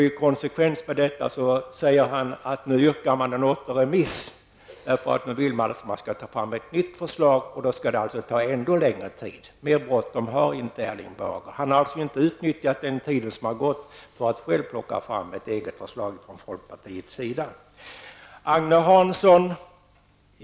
I konsekvens därmed yrkar han på återremiss och vill att ett nytt förslag skall utarbetas. Det betyder att det tar ännu längre tid att komma fram till ett beslut. Mer bråttom har inte Erling Bager. Han har inte utnyttjat den tid som gått för att få fram ett förslag från folkpartiet.